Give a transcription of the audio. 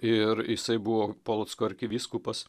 ir jisai buvo polocko arkivyskupas